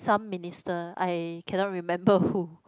some minister I cannot remember who